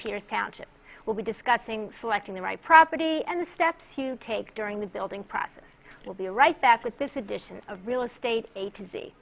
county will be discussing selecting the right property and the steps you take during the building process we'll be right back with this edition of real estate agency